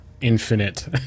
infinite